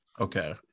okay